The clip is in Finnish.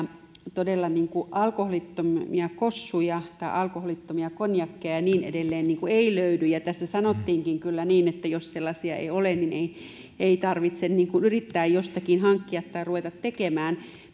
todella alkoholittomia kossuja tai alkoholittomia konjakkeja ja niin edelleen ei löydy ja tässä sanottiinkin kyllä niin että jos sellaisia ei ole niin ei tarvitse yrittää jostakin hankkia tai ruveta tekemään